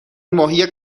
ماهی